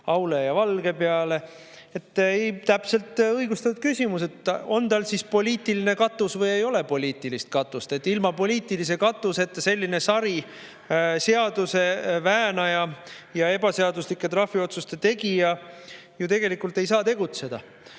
Aule ja Valge suhtes. Täpselt, õigustatud küsimus: on tal poliitiline katus või ei ole poliitilist katust? Ilma poliitilise katuseta selline seaduste sariväänaja ja ebaseaduslike trahviotsuste tegija ju tegelikult ei saa tegutseda.